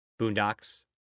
Boondocks